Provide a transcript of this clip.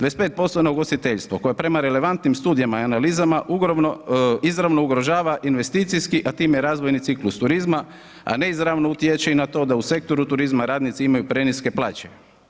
25% na ugostiteljstvo koje prema relevantnim studijima i analizama izravno ugrožava investicijski a time i razvojni ciklus turizma a neizravno utječe i na to da u sektoru turizma radnici imaju preniske plaće.